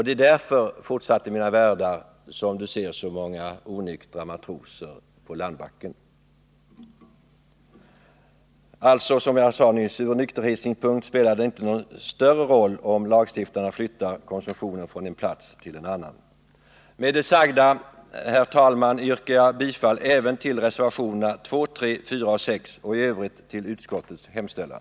”Det är därför”, fortsatte mina värdar, ”som du ser så många onyktra matroser på landbacken.” Alltså, som jag sade nyss, ur nykterhetssynpunkt spelar det inte någon större roll om lagstiftarna flyttar konsumtionen från en plats till en annan. Med det sagda, herr talman, yrkar jag bifall även till reservationerna 2, 3,4 och 6 och i övrigt till utskottets hemställan.